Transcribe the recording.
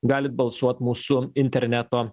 galit balsuot mūsų interneto